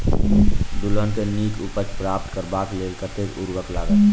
दलहन केँ नीक उपज प्राप्त करबाक लेल कतेक उर्वरक लागत?